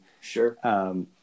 Sure